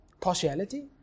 partiality